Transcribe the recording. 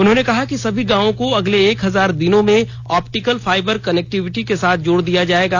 उन्होंने कहा कि सभी गांवों को अगले एक हजार दिनों में ऑप्टिकल फाइबर कनेक्टिविटी के साथ जोड़ दिया जाएगा